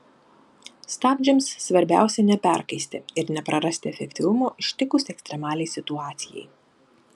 stabdžiams svarbiausia neperkaisti ir neprarasti efektyvumo ištikus ekstremaliai situacijai